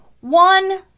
One